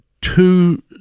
two